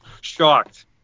shocked